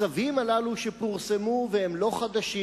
הצווים הללו שפורסמו, והם לא חדשים,